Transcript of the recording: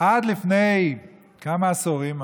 עד לפני כמה עשורים,